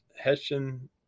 Hessian